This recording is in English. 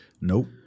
Nope